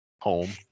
Home